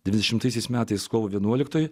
trisdešimtaisiais metais kovo vienuoliktąją